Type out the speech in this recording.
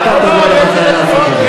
אתה תודיע לי מתי לעשות את זה.